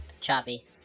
choppy